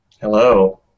Hello